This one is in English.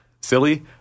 silly